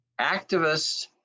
activists